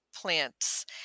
Plants